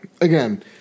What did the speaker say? again